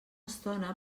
estona